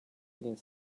eating